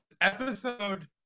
episode